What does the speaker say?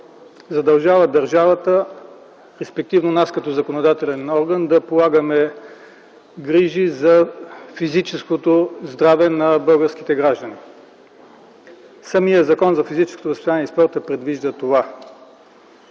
задължават държавата, респективно нас като законодателен орган, да полагаме грижи за физическото здраве на българските граждани. Самият Закон за физическото възпитание и спорта предвижда това.